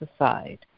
aside